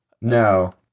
No